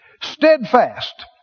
Steadfast